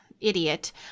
idiot